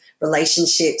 relationships